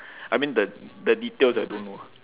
I mean the the details I don't know